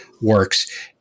works